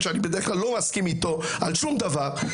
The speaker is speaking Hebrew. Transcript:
שאני בדרך כלל לא מסכים איתו על שום דבר,